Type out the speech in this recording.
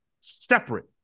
separate